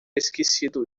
esquecido